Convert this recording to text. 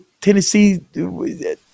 Tennessee